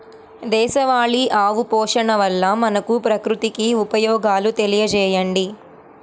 దేశవాళీ ఆవు పోషణ వల్ల మనకు, ప్రకృతికి ఉపయోగాలు తెలియచేయండి?